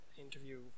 interview